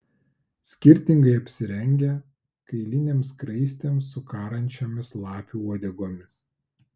skirtingai apsirengę kailinėm skraistėm su karančiomis lapių uodegomis